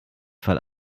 fall